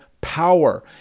Power